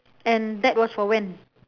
and that was for when